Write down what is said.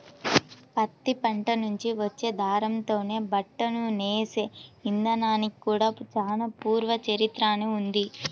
పత్తి పంట నుంచి వచ్చే దారంతోనే బట్టను నేసే ఇదానానికి కూడా చానా పూర్వ చరిత్రనే ఉంది